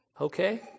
Okay